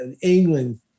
England